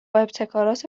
ابتکارات